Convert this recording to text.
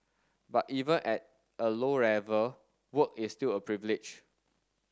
but even at a low level work is still a privilege